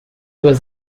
was